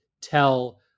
tell